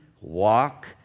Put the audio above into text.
walk